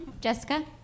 jessica